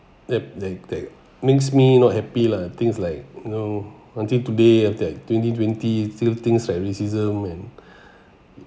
that they they makes me not happy lah things like you know until today of that twenty twenty still things like racism and